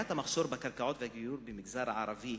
והדיור במגזר הערבי,